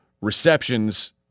receptions